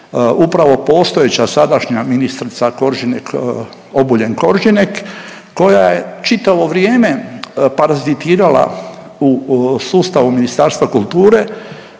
upravo postojeća sadašnja ministrica Koržinek Obuljen Koržinek koja je čitavo vrijeme parazitirala u sustavu Ministarstva kulture,